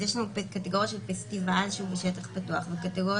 יש לנו קטגוריה של פסטיבל שהוא בשטח פתוח וקטגוריה